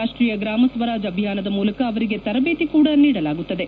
ರಾಷ್ಷೀಯ ಗ್ರಾಮ ಸ್ವಾರಾಜ್ ಅಭಿಯಾನದ ಮೂಲಕ ಅವರಿಗೆ ತರಬೇತಿ ಕೂಡ ನೀಡಲಾಗುತ್ತದೆ